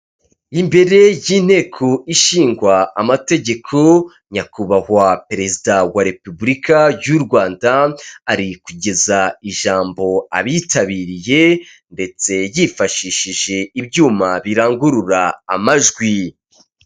Imbere y'inteko ishingwa amategeko, nyakubahwa perezida wa repubulika y'u Rwanda, ari kugeza ijambo abitabiriye, ndetse yifashishije ibyuma birangurura amajwi.